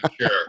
sure